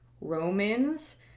Romans